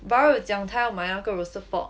bara 有讲他要买那个 roasted pork